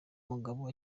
mugabo